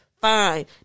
fine